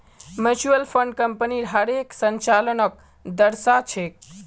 mutual fund कम्पनीर हर एक संचालनक दर्शा छेक